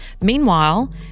Meanwhile